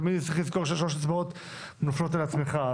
תמיד צריך לזכור ששלוש אצבעות מופנות אל עצמך.